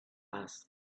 asked